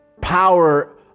power